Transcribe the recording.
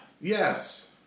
Yes